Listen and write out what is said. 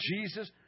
Jesus